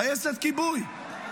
טייסת כיבוי,